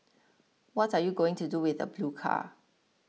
what are you going to do with the blue car